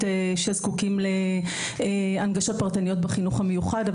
שזקוקים להנגשות פרטניות בחינוך המיוחד,